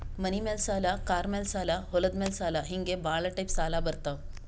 ಮನಿ ಮ್ಯಾಲ ಸಾಲ, ಕಾರ್ ಮ್ಯಾಲ ಸಾಲ, ಹೊಲದ ಮ್ಯಾಲ ಸಾಲ ಹಿಂಗೆ ಭಾಳ ಟೈಪ್ ಸಾಲ ಬರ್ತಾವ್